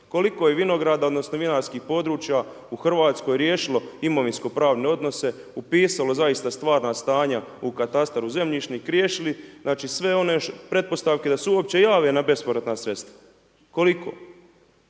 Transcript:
Koliko je vinograda odnosno vinarskih područja u Hrvatskoj riješilo imovinsko-pravne odnose, upisalo zaista stvarna stanja u katastar, u zemljišni i riješili ih, znači sve one pretpostavke da se uopće jave na bespovratna sredstva, koliko?